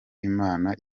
imana